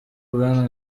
bwana